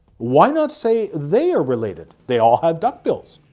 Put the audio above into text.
why not say they are related? they all have duck bills.